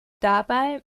dabei